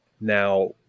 Now